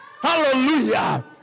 Hallelujah